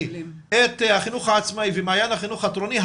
את החינוך העצמאי ומעיין החינוך התורני,